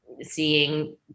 seeing